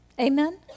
Amen